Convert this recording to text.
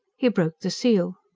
he broke the seal.